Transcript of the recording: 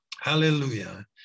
hallelujah